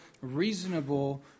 reasonable